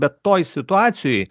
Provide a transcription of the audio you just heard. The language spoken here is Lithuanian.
bet toj situacijoj